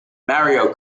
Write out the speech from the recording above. mario